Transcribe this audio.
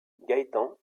gaëtan